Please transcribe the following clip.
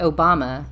Obama